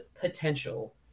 potential